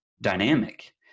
dynamic